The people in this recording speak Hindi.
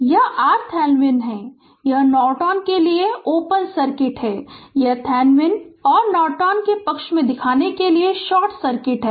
यह RThevenin है यह नॉर्टन के लिए ओपन सर्किट है यह Thevenin और Norton के पक्ष में दिखाने के लिए शॉर्ट सर्किट है